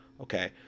okay